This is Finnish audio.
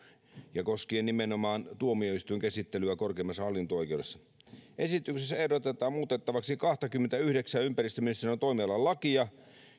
koskien nimenomaan tuomioistuinkäsittelyä korkeimmassa hallinto oikeudessa esityksessä ehdotetaan muutettavaksi kahtakymmentäyhdeksää ympäristöministeriön toimialan lakia